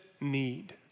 need